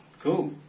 Cool